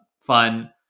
fun